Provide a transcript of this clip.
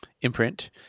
imprint